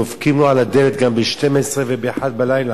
דופקים לו על הדלת גם ב-24:00 וב-01:00,